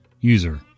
User